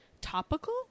topical